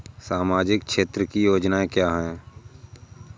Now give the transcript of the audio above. सामाजिक क्षेत्र की योजनाएँ क्या हैं?